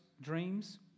dreams